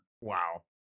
Wow